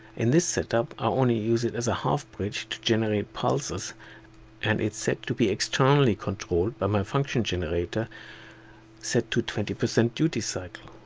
in this setup i only use it as a half bridge to generate pulses and its set to be externally controlled by my function generator set to twenty percent duty cycle.